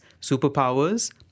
superpowers